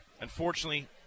Unfortunately